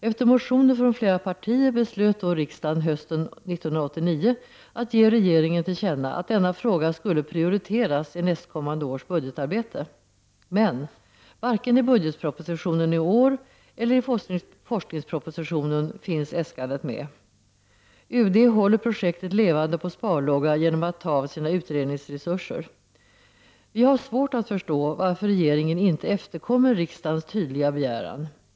Efter motioner från flera partier beslöt riksdagen hösten 1989 att ge regeringen till känna att denna fråga skulle prioriteras i nästkommande års budgetarbete. Men varken i budgetpropositionen i år eller i forskningspropositionen finns äskandet med. Utrikesdepartementet håller projektet levande på sparlåga genom att ta av sina utredningsresurser. Vi har svårt att förstå varför regeringen inte efterkommer riksdagens tydliga begäran.